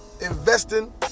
investing